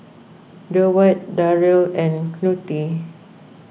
Durward Darryl and Knute